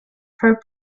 for